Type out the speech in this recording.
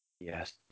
Yes